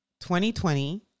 2020